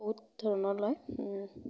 বহুত ধৰণৰ লয়